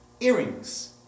earrings